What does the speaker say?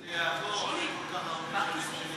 לפני כן, שזה יעבור אחרי כל כך הרבה,